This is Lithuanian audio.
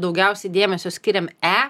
daugiausiai dėmesio skiriam e